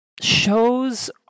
shows